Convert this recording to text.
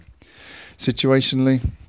Situationally